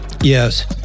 Yes